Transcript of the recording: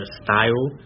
style